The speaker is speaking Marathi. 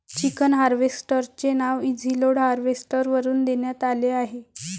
चिकन हार्वेस्टर चे नाव इझीलोड हार्वेस्टर वरून देण्यात आले आहे